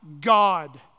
God